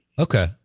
okay